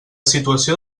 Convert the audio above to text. situació